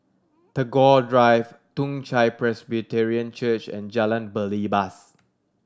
Tagore Drive Toong Chai Presbyterian Church and Jalan Belibas